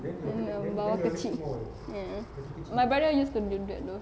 then your bawah kecil mm my brother used to do that though